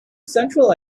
central